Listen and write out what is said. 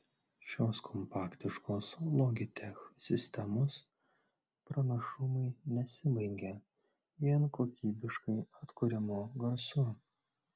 šios kompaktiškos logitech sistemos pranašumai nesibaigia vien kokybiškai atkuriamu garsu